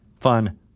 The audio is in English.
fun